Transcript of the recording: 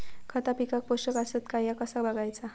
खता पिकाक पोषक आसत काय ह्या कसा बगायचा?